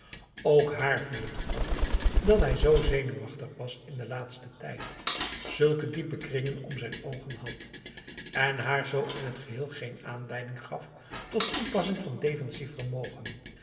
ook haar viel het op dat hij zo zenuwachtig was in de laatste tijd zulke diepe kringen om zijn ogen had en haar zo in t geheel geen aanleiding gaf tot toepassing van defensief vermogen